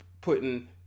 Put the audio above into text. putting